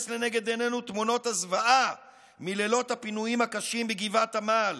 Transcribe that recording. לנגד עינינו תמונות הזוועה מלילות הפינויים הקשים בגבעת עמל,